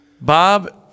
Bob